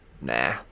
Nah